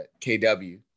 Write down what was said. KW